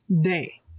day